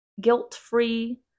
guilt-free